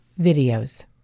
Videos